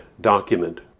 document